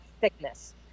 thickness